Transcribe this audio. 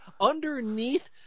underneath